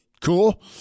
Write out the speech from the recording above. cool